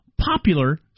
popular